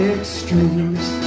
Extremes